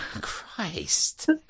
Christ